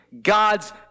God's